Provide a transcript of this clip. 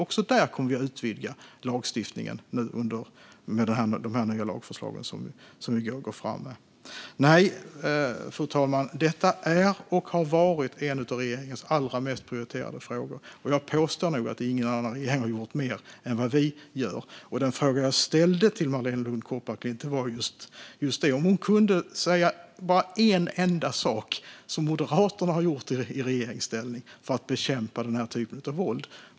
Också där kommer vi att utvidga lagstiftningen med de här nya lagförslagen som vi går fram med. Fru talman! Detta är och har varit en av regeringens allra mest prioriterade frågor, och jag påstår nog att ingen annan regering har gjort mer än vad vi gör. Den fråga jag ställde till Marléne Lund Kopparklint var just om hon kunde säga en enda sak som Moderaterna har gjort i regeringsställning för att bekämpa den här typen av våld.